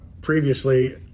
previously